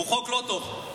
הוא חוק לא טוב.